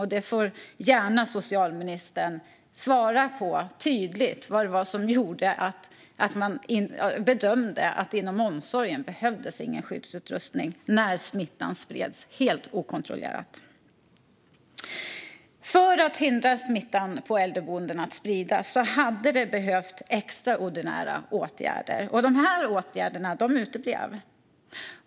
Ministern får gärna ge ett tydligt svar på frågan vad det var som gjorde att man bedömde att det inte behövdes någon skyddsutrustning inom omsorgen när smittan spreds helt okontrollerat. För att hindra smittan att spridas på äldreboenden hade det behövts extraordinära åtgärder, och de åtgärderna uteblev.